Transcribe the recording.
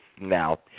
Now